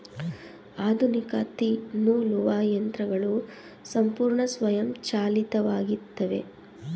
ಆಧುನಿಕ ತ್ತಿ ನೂಲುವ ಯಂತ್ರಗಳು ಸಂಪೂರ್ಣ ಸ್ವಯಂಚಾಲಿತವಾಗಿತ್ತವೆ